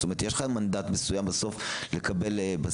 זאת אומרת שיש לך בסוף מנדט מסוים לקבל בסיס.